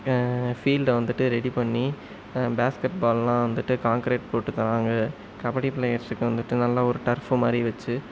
ஃபீல்டை வந்துவிட்டு ரெடி பண்ணி பேஸ்கட் பாலெலாம் வந்துவிட்டு கான்கிரேட் போட்டு தராங்க கபடி பிளேயர்ஸுக்கு வந்துவிட்டு நல்ல ஒரு டர்ஃபோ மாதிரி வச்சு